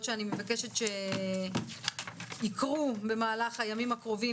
שאני מבקשת שיקרו במהלך הימים הקרובים,